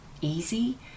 easy